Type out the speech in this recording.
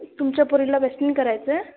तुमच्या पोरीला वेस्टन करायचं आहे